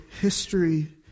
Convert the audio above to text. history